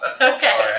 Okay